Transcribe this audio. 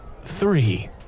three